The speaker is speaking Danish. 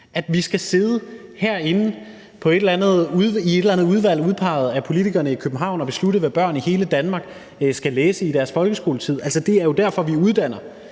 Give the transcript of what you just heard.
at vi skal sidde herinde i et eller andet udvalg udpeget af politikerne i København og beslutte, hvad børn i hele Danmark skal læse i deres folkeskoletid. Det er jo derfor, vi uddanner